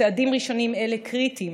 צעדים ראשונים אלה קריטיים